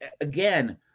again